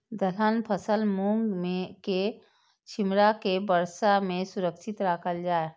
दलहन फसल मूँग के छिमरा के वर्षा में सुरक्षित राखल जाय?